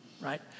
Right